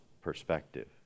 perspective